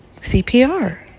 CPR